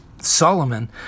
Solomon